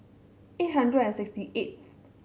eight hundred and sixty eight